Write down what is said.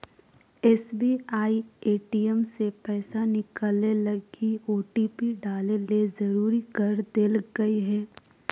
SBI ATM से पैसा निकलैय लगी ओटिपी डाले ले जरुरी कर देल कय हें